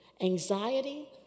anxiety